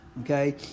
okay